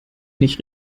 nicht